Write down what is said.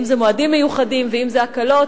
אם זה מועדים מיוחדים ואם זה הקלות,